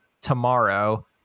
tomorrow